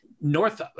North